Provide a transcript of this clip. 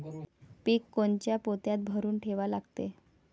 पीक कोनच्या पोत्यात भरून ठेवा लागते?